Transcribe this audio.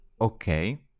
Okay